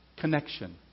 connection